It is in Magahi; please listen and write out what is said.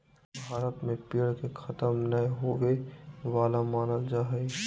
भारत में पेड़ के खतम नय होवे वाला मानल जा हइ